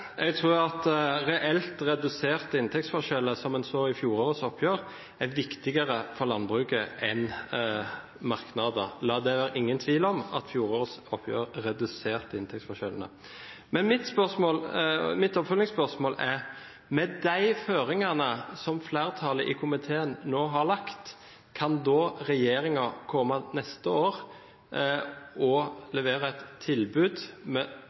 Jeg tror at reelt reduserte inntektsforskjeller – som en så i fjorårets oppgjør – er viktigere for landbruket enn merknader. La det ikke være noen tvil om at fjorårets oppgjør reduserte inntektsforskjellene. Mitt oppfølgingsspørsmål er: Med de føringene som flertallet i komiteen nå har lagt, kan regjeringen neste år da levere et tilbud med